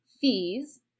fees